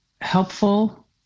helpful